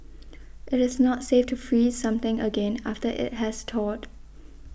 it is not safe to freeze something again after it has thawed